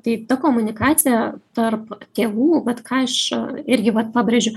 tai ta komunikacija tarp tėvų vat ką aš irgi vat pabrėžiu